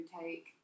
take